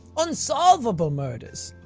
unsolvable murders.